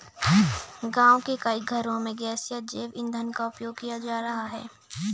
गाँव के कई घरों में गैसीय जैव ईंधन का उपयोग किया जा रहा है